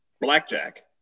Blackjack